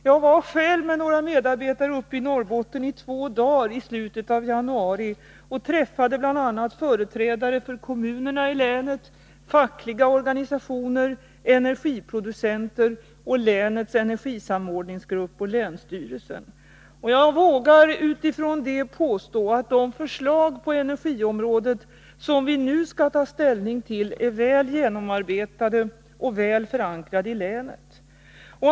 Jag var själv med några medarbetare uppe i Norrbotten i två dagar i slutet av januari och träffade bl.a. företrädare för kommunerna i länet, fackliga organisationer, energiproducenter, länets energisamordningsgrupp och länsstyrelsen. Jag vågar utifrån detta påstå att de förslag på energiområdet som vi nu skall ta ställning till är väl genomarbetade och väl förankrade i länet.